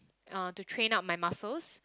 uh to train up my muscles